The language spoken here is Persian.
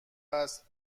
است